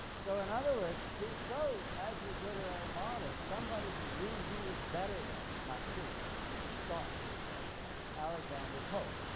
so in other words, he chose as his literary model somebody he knew he was better than not true, by the way, but he thought he was better than alexander pope,